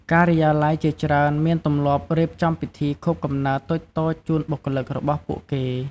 ការិយាល័យជាច្រើនមានទម្លាប់រៀបចំពិធីខួបកំណើតតូចៗជូនបុគ្គលិករបស់ពួកគេ។